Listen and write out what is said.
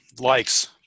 likes